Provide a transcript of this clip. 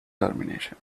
termination